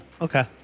okay